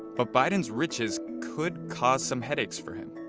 but biden's riches could cause some headaches for him.